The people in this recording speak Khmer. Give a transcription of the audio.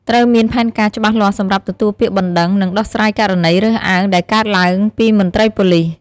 ត្រូវមានផែនការច្បាស់លាស់សម្រាប់ទទួលពាក្យបណ្តឹង និងដោះស្រាយករណីរើសអើងដែលកើតឡើងពីមន្ត្រីប៉ូលិស។